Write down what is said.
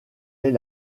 est